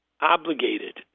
obligated